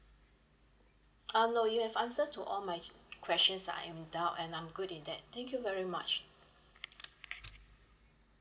um no you have answers to all my questions that I am doubt and I'm good with that thank you very much